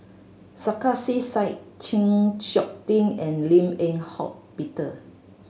Sarkasi Said Chng Seok Tin and Lim Eng Hock Peter